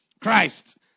Christ